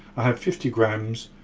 i have fifty grams,